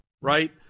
right